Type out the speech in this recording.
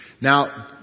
now